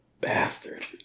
bastard